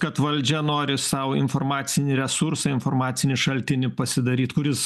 kad valdžia nori sau informacinį resursą informacinį šaltinį pasidaryt kuris